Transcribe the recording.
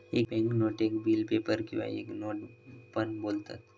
एक बॅन्क नोटेक bill paper किंवा एक नोट पण बोलतत